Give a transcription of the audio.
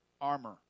armor